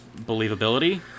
believability